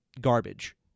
garbage